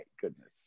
goodness